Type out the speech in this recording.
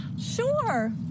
sure